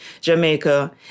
Jamaica